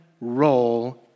role